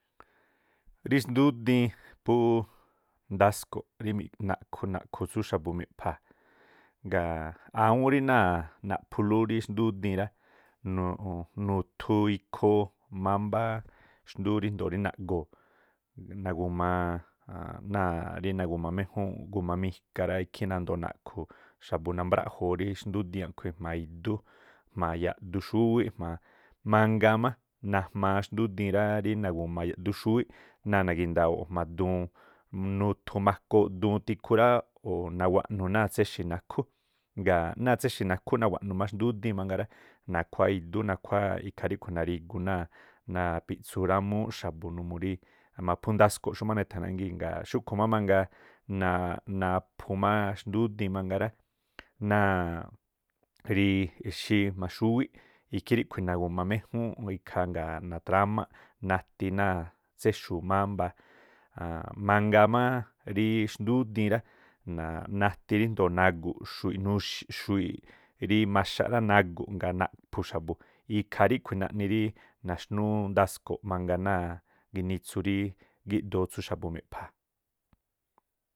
Rí xndúdiin phú ndasko̱ꞌ naꞌkhu̱ naꞌkhu̱ tsú xa̱bu̱ miꞌpha̱a̱. Ngaa̱ awúún rí náa̱ naꞌphulú rí xndúdiin rá, no̱ꞌon- nu̱thu- ikhoo mámbá xndúú ríndo̱o rí naꞌgo̱o̱, nagu̱maa náa̱ rí nagu̱ma méjúúnꞌ guma mika rá, ikhí nandoo naꞌkhu̱ xa̱bu̱ nambráꞌjoo rí xndudiin a̱ꞌkhui̱ jma̱a idú jma̱a yaꞌdu xúwíꞌ. Mangaa má najmaa xndudiin rá rí nagu̱ma yaꞌdu xúwíꞌ náa̱ nagi̱dawo̱o̱ꞌ jma̱a duun, nuthu makooꞌ duun tikhu rááꞌ o̱ nawaꞌnu náa̱ tséxi̱ nakhú, ngaa̱ náa̱ tséxi̱ nakhú nawaꞌnu̱ má xndudiin mangaa rá, nakhuáá idú nakhuáá ikhaa rí̱khu̱ na̱ri̱gu náa̱- náa̱- napiꞌtsu rámúúꞌ xa̱bu̱ numuu rí maphú ndasko̱ꞌ xúmá rí ne̱tha̱ nángii̱. Ngaa̱ xúꞌkhu̱ má mangaa naphu má xndúdiin mangaa rá náa̱ rí exí maxúwíꞌ, ikhí ríꞌkhui̱ nagu̱ma méjúúnꞌ ikhaa nga̱a̱ natrámáꞌ nati̱ náa̱ tséxu̱u̱ mámbaa, a̱a̱nꞌ mangaa máá rí xndúdiin rá na̱a̱ꞌ- natí- ríjndoo̱ naꞌguꞌ xuwiꞌ nuxi̱ꞌ, xuwiꞌ rí maxaꞌ rá, nagu̱ꞌ ngaa̱ naꞌphu xa̱bu̱ ikhaa ríꞌkhui̱ naꞌni rí naxnúú ndasko̱ꞌ mangaa náa̱ ginitsu rí gíꞌdoo tsú xa̱bu̱ miꞌpha̱a̱.